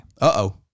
Uh-oh